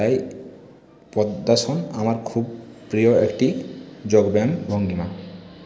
তাই পদ্মাসন আমার খুব প্রিয় একটি যোগব্যায়াম ভঙ্গিমা